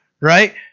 Right